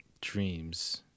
dreams